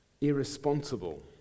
Irresponsible